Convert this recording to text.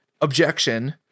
objection